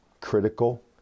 critical